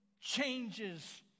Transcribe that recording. changes